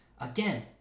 again